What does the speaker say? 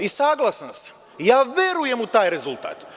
I saglasan sam, ja verujem u taj rezultat.